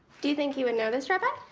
do you think he would know this rabbi?